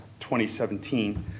2017